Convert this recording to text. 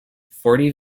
forty